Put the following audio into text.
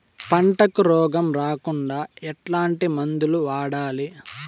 పంటకు రోగం రాకుండా ఎట్లాంటి మందులు వాడాలి?